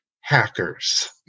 Hackers